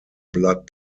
blood